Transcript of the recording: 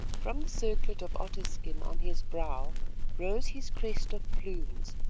from the circlet of otter skin on his brow rose his crest of plumes,